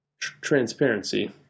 transparency